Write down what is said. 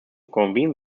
convene